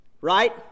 right